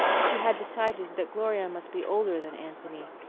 she had decided that gloria must be older than anthony,